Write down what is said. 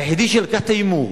היחידי שלוקח את ההימור,